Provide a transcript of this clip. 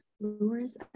lures